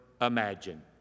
imagine